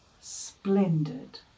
splendid